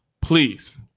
Please